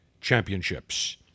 championships